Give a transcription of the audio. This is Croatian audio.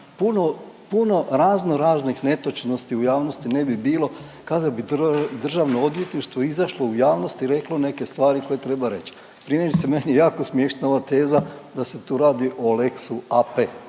puno razno raznih netočnosti u javnosti ne bi bilo kada bi Državno odvjetništvo izašlo u javnost i reklo neke stvari koje treba reć. Primjerice meni je jako smiješna ova teza da se tu radi o lex-u AP.